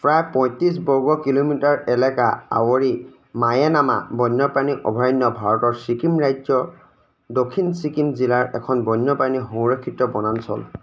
প্ৰায় পয়ত্ৰিছ বৰ্গকিলোমিটাৰ এলেকা আৱৰি মায়েনামা বন্যপ্ৰাণী অভয়াৰণ্য ভাৰতৰ ছিকিম ৰাজ্য দক্ষিণ ছিকিম জিলাৰ এখন বন্যপ্ৰাণী সংৰক্ষিত বনাঞ্চল